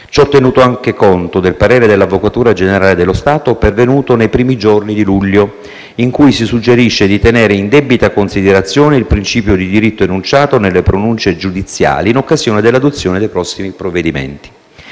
ciò tenuto anche conto del parere dell'Avvocatura generale dello Stato pervenuto nei primi giorni di luglio, in cui si suggerisce di tenere in debita considerazione il principio di diritto enunciato nelle pronunce giudiziali in occasione dell'adozione dei prossimi provvedimenti.